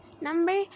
Number